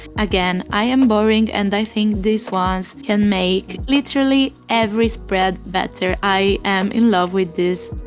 again, i am boring and i think these ones can make literally every spread better i am in love with these